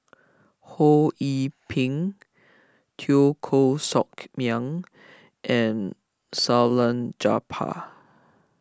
Ho Yee Ping Teo Koh Sock Miang and Salleh Japar